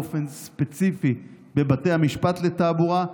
ובאופן ספציפי בבתי המשפט לתעבורה,